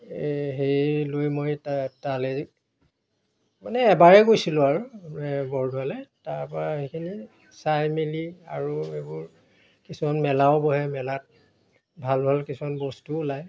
সেই লৈ মই তাত তালৈ মানে এবাৰে গৈছিলোঁ আৰু বৰদোৱালৈ তাৰপৰা সেইখিনি চাই মেলি আৰু এইবোৰ কিছুমান মেলাও বহে মেলাত ভাল ভাল কিছুমান বস্তুও ওলায়